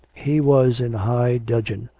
he was in high dudgeon,